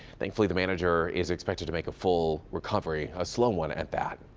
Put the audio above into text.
thankfully the manager is expected to make a full recovery, a slow one at that.